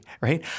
Right